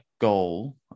goal